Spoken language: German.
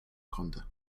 konnte